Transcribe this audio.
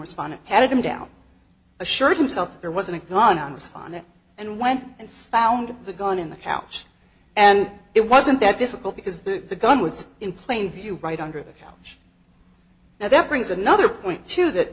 responded had him down assured himself there wasn't a gun on the stand and went and found the gun in the couch and it wasn't that difficult because the gun was in plain view right under the couch now that brings another point to that